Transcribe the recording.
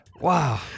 Wow